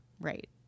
Right